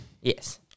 yes